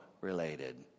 related